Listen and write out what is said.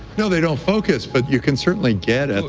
no, they don't focus, but you can certainly get and